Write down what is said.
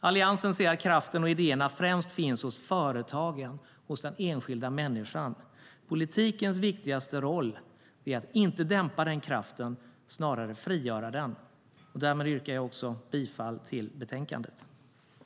Alliansen ser att kraften och idéerna främst finns hos företagen, hos den enskilda människan. Politikens viktigaste roll är att inte dämpa den kraften utan snarare att frigöra den. Därmed yrkar jag bifall till förslaget i betänkandet. I detta anförande instämde Olof Lavesson och Cecilie Tenfjord-Toftby .